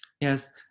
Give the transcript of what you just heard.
Yes